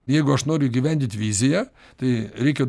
jeigu aš noriu įgyvendint viziją tai reikia